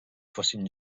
fossin